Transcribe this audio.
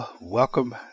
Welcome